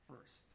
first